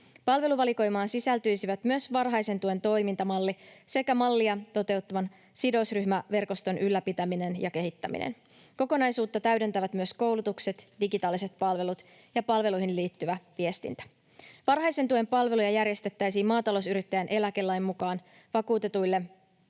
Palveluvalikoimaan sisältyisivät myös varhaisen tuen toimintamalli sekä mallia toteuttavan sidosryhmäverkoston ylläpitäminen ja kehittäminen. Kokonaisuutta täydentävät myös koulutukset, digitaaliset palvelut ja palveluihin liittyvä viestintä. Varhaisen tuen palveluja järjestettäisiin maatalousyrittäjän eläkelain mukaan vakuutetuille